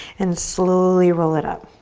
and slowly roll it up.